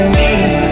need